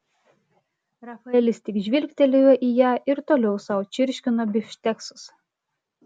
rafaelis tik žvilgtelėjo į ją ir toliau sau čirškino bifšteksus